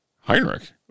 Heinrich